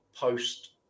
post